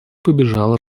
побежала